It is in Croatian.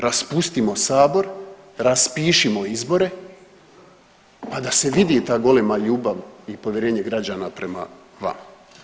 Raspustimo sabor, raspišimo izbore pa da se vidi ta golema ljubav i povjerenje građana prema vama.